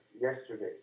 yesterday